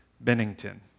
Bennington